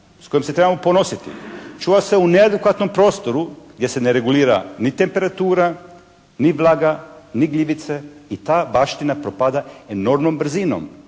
s kojom se trebamo ponositi. Čuva se u neadekvatnom prostoru gdje se ne regulira ni temperatura, ni vlaga, ni gljivice i ta baština propada enormnom brzinom.